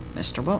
mr. but